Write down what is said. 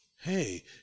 hey